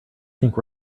think